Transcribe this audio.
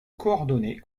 coordonnées